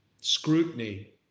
scrutiny